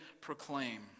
proclaim